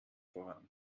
voran